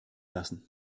lassen